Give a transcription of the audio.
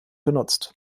genutzt